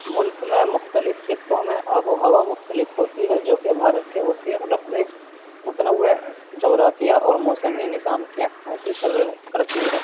ملک میں مختلف خطوں میں آب و ہوا مختلف ہوتی ہے جو کہ بھارت کے وسیع رقبے متنوع جغرافیہ اور موسمی نظام کی عکاسی کر کرتی ہے